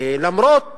למרות